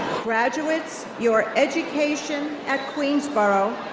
graduates, your education at queensborough